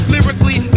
Lyrically